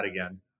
again